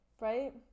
Right